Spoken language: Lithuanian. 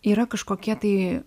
yra kažkokie tai